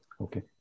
Okay